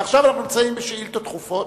עכשיו, אנחנו נמצאים בשאילתות דחופות,